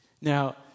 Now